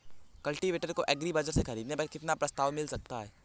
Cultivator को agri बाजार से ख़रीदने पर कितना प्रस्ताव मिल सकता है?